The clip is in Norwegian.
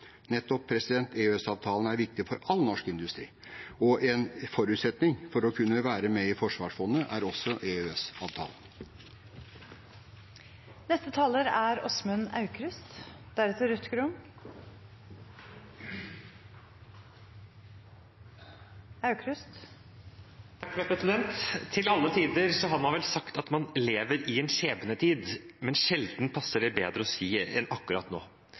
er viktig for all norsk industri, og en forutsetning for å kunne være med i Forsvarsfondet er også EØS-avtalen. Til alle tider har man vel sagt at man lever i en skjebnetid, men sjelden har det passet bedre å si enn akkurat nå.